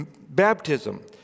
baptism